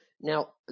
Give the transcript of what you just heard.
Now